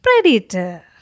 Predator